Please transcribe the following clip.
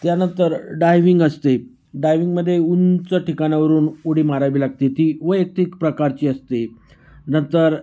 त्यानंतर डायविंग असते डायविंगमध्ये उंच ठिकाणावरून उडी मारावी लागते ती वैयक्तिक प्रकारची असते नंतर